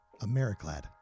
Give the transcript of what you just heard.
americlad